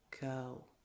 go